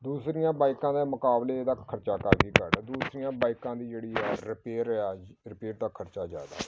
ਦੂਸਰੀਆਂ ਬਾਈਕਾਂ ਦੇ ਮੁਕਾਬਲੇ ਇਸ ਦਾ ਖਰਚਾ ਕਾਫੀ ਘੱਟ ਆ ਦੂਸਰੀਆਂ ਬਾਈਕਾਂ ਦੀ ਜਿਹੜੀ ਆ ਰਿਪੇਅਰ ਆ ਰਿਪੇਅਰ ਦਾ ਖਰਚਾ ਜ਼ਿਆਦਾ